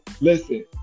Listen